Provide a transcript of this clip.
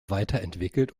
weiterentwickelt